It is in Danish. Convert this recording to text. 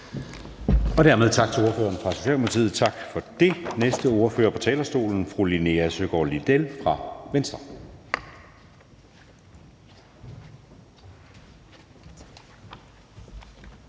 Dermed tak til ordføreren fra Socialdemokratiet. Den næste ordfører på talerstolen er fru Linea Søgaard-Lidell fra Venstre.